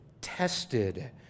tested